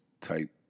type